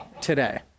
today